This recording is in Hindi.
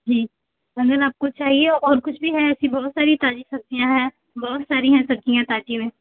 जी अगर आपको चाहिए और कुछ भी है ऐसी बहुत सारी ताजी सब्ज़ियाँ हैं बहुत सारी हैं सब्ज़ियाँ ताज़ी में